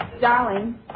Darling